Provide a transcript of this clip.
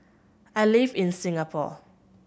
I live in Singapore